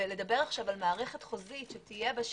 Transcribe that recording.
לדבר עכשיו על מערכת חוזית שתהיה בשרשור,